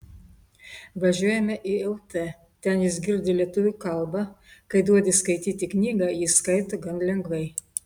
važiuojame į lt ten jis girdi lietuvių kalbą kai duodi skaityti knygą jis skaito gan lengvai